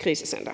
krisecenter.